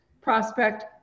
prospect